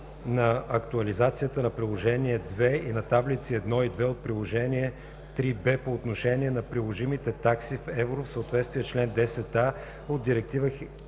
на актуализацията на Приложение II и на таблици 1 и 2 от Приложение IIIб по отношение на приложимите такси в евро в съответствие с член 10а от Директива